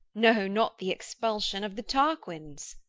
no, not the expulsion of the tarquins.